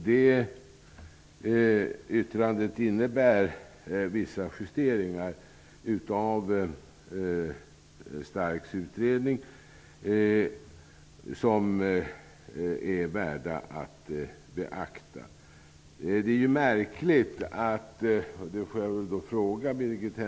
Det yttrandet innebär vissa justeringar av Starks utredning som är värda att beakta.